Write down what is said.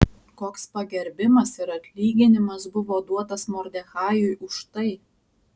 koks pagerbimas ir atlyginimas buvo duotas mordechajui už tai